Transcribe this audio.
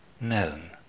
known